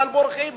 בכלל בורחים,